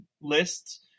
lists